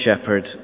shepherd